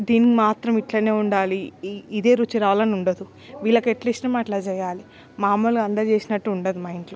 దీనికి మాత్రం ఇట్లనే ఉండాలి ఈ ఇదే రుచి రావాలని ఉండదు వీళ్ళకెట్లిష్టమో అట్ల చేయాలి మాములుగా అందరు చేసినట్టుండదు మా ఇంట్లో